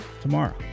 tomorrow